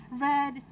red